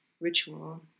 ritual